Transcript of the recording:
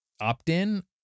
opt-in